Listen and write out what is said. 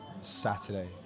saturday